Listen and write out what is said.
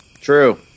True